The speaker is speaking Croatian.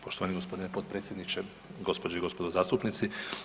Poštovani g. potpredsjedniče, gospođo i gospodo zastupnici.